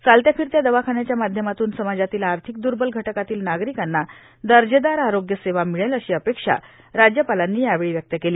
चालत्या फिरत्या दवाखान्याच्या माध्यमातून समाजातील आर्थिक दुर्बल घटकातील नागरिकांना दर्जेदार आरोग्य सेवा मिळेल अशी अपेक्षा राज्यपालांनी यावेळी व्यक्त केली